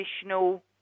additional